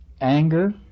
anger